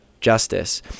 justice